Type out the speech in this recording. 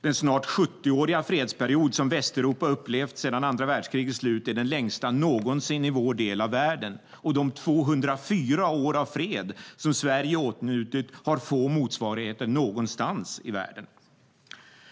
Den snart 70-åriga fredsperiod som Västeuropa upplevt sedan andra världskrigets slut är den längsta någonsin i vår del av världen, och de 204 år av fred som Sverige åtnjutit har få motsvarigheter någonstans i världen.